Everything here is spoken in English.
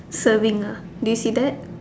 serving ah do you see that